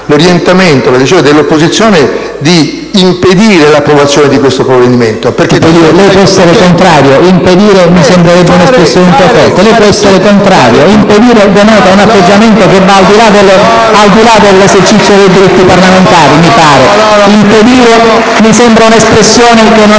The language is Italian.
l'orientamento dell'opposizione di impedire l'approvazione di questo provvedimento. PRESIDENTE. Lei può essere contrario. Impedire mi sembrerebbe un'espressione un po' forte,